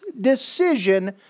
decision